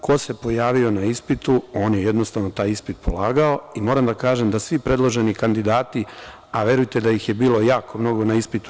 Ko se pojavio na ispitu, on je jednostavno taj ispit polagao i moram da kažem da svi predloženi kandidati, a verujte da ih je bilo jako mnogo na ispitu.